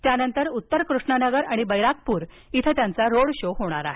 त्यानंतर उत्तर कृष्णनगर आणि बैरकपूर इथं त्यांचा रोड शो होणार आहे